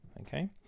okay